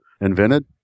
invented